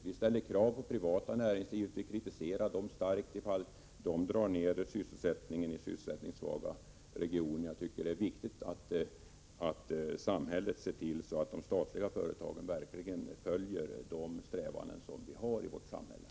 Vi ställer krav på det privata näringslivet och kritiserar starkt om privata företag drar ner sysselsättningen i sysselsättningssvaga regioner. Jag tycker att det är viktigt att samhället även ser till att de statliga företagen verkligen fullföljer de strävanden som vi har i vårt samhälle.